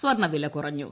സ്വർണവില കുറഞ്ഞു